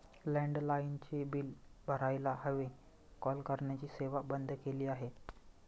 लँडलाइनचे बिल भरायला हवे, कॉल करण्याची सेवा बंद केली आहे